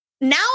now